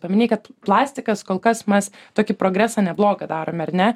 paminėjai kad plastikas kol kas mes tokį progresą neblogą darome ar ne